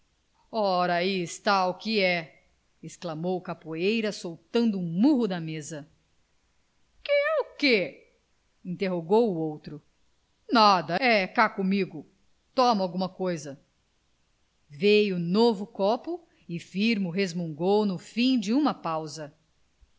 ora ai está o que é exclamou o capoeira soltando um murro na mesa que é o quê interrogou o outro nada é cá comigo toma alguma coisa veio novo copo e firmo resmungou no fim de uma pausa